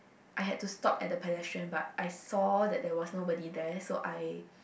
I had to stop at the pedestrian but I saw that there was nobody there so I